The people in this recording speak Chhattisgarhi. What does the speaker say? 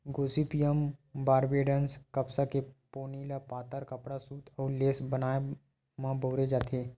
गोसिपीयम बारबेडॅन्स कपसा के पोनी ल पातर कपड़ा, सूत अउ लेस बनाए म बउरे जाथे